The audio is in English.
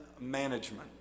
Management